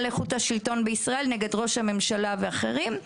לאיכות השלטון בישראל נגד ראש הממשלה ואחרים,